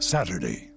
Saturday